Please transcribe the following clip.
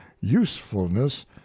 usefulness